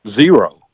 Zero